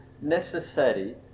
necessary